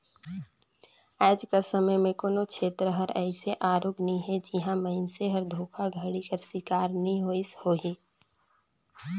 आएज कर समे में कोनो छेत्र हर अइसे आरूग नी हे जिहां मइनसे हर धोखाघड़ी कर सिकार नी होइस होही